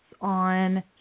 on